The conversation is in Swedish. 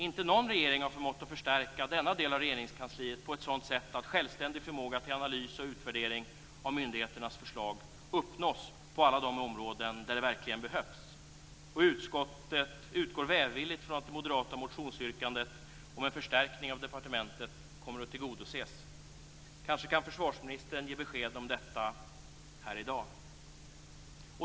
Inte någon regering har förmått att förstärka denna del av Regeringskansliet på ett sådant sätt att en självständig förmåga till analys och utvärdering av myndigheternas förslag uppnåtts på alla de områden där det verkligen behövs. Utskottet utgår välvilligt från att det moderata motionsyrkandet om en förstärkning av departementet kommer att tillgodoses. Kanske kan försvarsministern ge besked om detta här i dag.